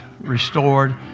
restored